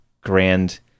grand